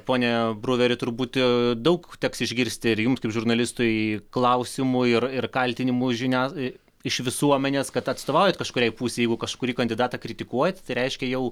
pone bruveri turbūt jau daug teks išgirsti ir jums kaip žurnalistui klausimų ir ir kaltinimų iš žinia e iš visuomenės kad atstovaujat kažkuriai pusei jeigu kažkurį kandidatą kritikuojat tai reiškia jau